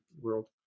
world